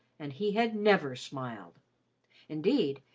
and he had never smiled indeed,